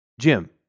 Jim